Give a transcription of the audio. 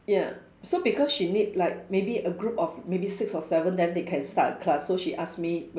ya so because she need like maybe a group of maybe six or seven then they can start a class so she ask me